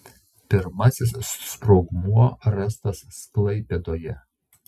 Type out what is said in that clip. pirmasis sprogmuo rastas klaipėdoje